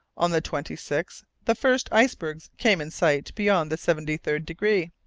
on the twenty sixth, the first icebergs came in sight beyond the seventy-third degree.